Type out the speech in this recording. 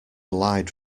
lied